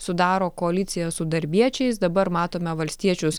sudaro koaliciją su darbiečiais dabar matome valstiečius